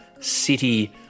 city